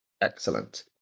Excellent